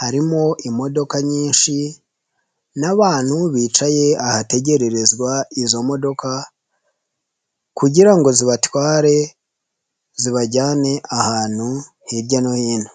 harimo imodoka nyinshi n'abantu bicaye ahategererezwa izo modoka, kugira ngo zibatware zibajyane ahantu hirya no hino.